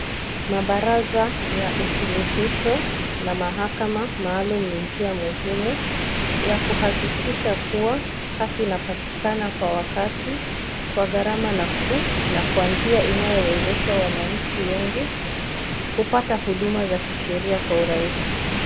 Mabaraza ya usuluhisho na mahakama maalum ni njia muhimu ya kuhakikisha kuwa haki inapatikana kwa wakati, kwa gharama nafuu na kwa njia inayowezesha wananchi wengi kupata huduma za kisheria kwa urahisi.